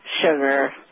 sugar